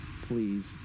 Please